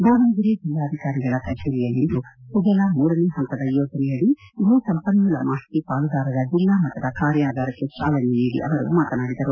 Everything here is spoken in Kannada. ದಾವಣಗೆರೆ ಜೆಲ್ಲಾಧಿಕಾರಿಗಳ ಕಚೇರಿಯಲ್ಲಿಂದು ಸುಜಲಾ ಮೂರನೇ ಹಂತದ ಯೋಜನೆಯಡಿ ಭೂ ಸಂಪನ್ಮೂಲ ಮಾಹಿತಿ ಪಾಲುದಾರರ ಜಿಲ್ಲಾ ಮಟ್ಟದ ಕಾರ್ಯಾಗಾರಕ್ಕೆ ಚಾಲನೆ ನೀಡಿ ಅವರು ಮಾತನಾಡಿದರು